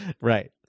Right